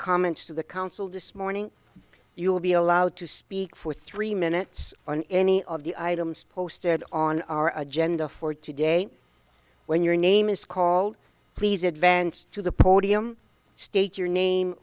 comments to the council dismounting you will be allowed to speak for three minutes on any of the items posted on our agenda for today when your name is called please advance to the podium state your name